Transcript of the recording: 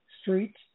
Street